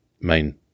main